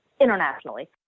internationally